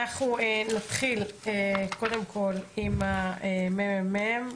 אנחנו נתחיל קודם כל עם הממ"מ.